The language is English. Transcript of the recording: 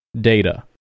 data